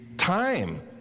Time